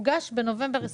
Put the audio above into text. הוגש בנובמבר 2021,